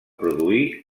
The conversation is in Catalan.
produir